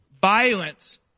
violence